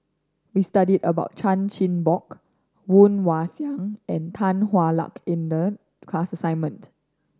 we studied about Chan Chin Bock Woon Wah Siang and Tan Hwa Luck in the class assignment